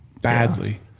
Badly